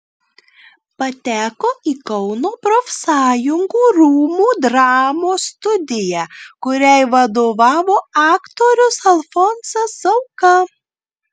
pateko į kauno profsąjungų rūmų dramos studiją kuriai vadovavo aktorius alfonsas zauka